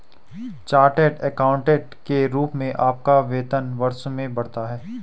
chartered accountant के रूप में आपका वेतन वर्षों में बढ़ता है